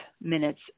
minutes